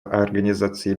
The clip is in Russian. организации